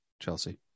Chelsea